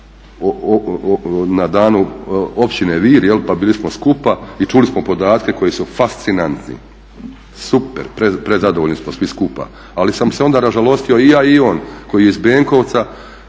na Danu Općine Vir pa bili smo skupa i čuli smo podatke koji su fascinantni. Super, prezadovoljni smo svi skupa. Ali sam se onda ražalostio i ja i on koji je iz Benkovca,